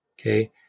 Okay